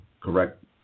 correct